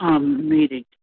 meeting